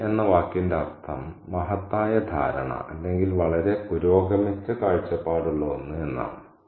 keen എന്ന വാക്കിന്റെ അർത്ഥം മഹത്തായ ധാരണ അല്ലെങ്കിൽ വളരെ പുരോഗമിച്ച കാഴ്ചപ്പാടുള്ള ഒന്ന് എന്നാണ്